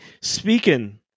Speaking